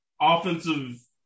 offensive